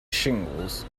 shingles